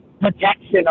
protection